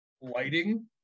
lighting